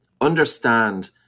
understand